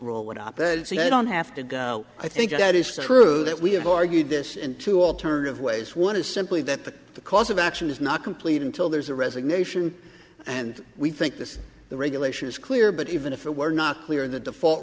what op ed said i don't have to i think that is true that we have argued this into alternative ways one is simply that the cause of action is not complete until there is a resignation and we think this the regulation is clear but even if it were not clear the default